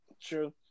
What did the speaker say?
True